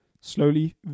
slowly